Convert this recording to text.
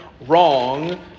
wrong